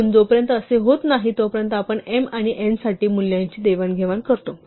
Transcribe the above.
म्हणून जोपर्यंत असे होत नाही तोपर्यंत आपण m आणि n साठी मूल्यांची देवाणघेवाण करतो